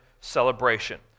celebration